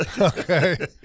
Okay